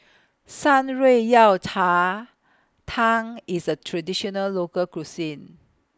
Shan Rui Yao Cha Tang IS A Traditional Local Cuisine